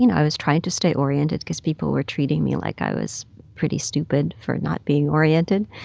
you know i was trying to stay oriented because people were treating me like i was pretty stupid for not being oriented,